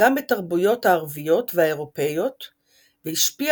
גם בתרבויות הערביות והאירופיות והשפיע